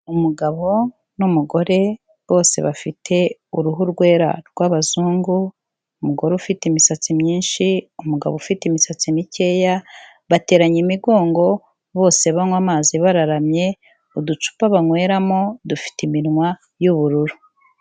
Umugabo n'umugore bose bafite uruhu rwera rw'abazungu umugore ufite imisatsi myinshi umugabo ufite imisatsi mikeya bateranye imigongo bose banywa amazi bararamye uducupa banyweramo dufite iminwa y'ubururu.